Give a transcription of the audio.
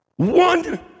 One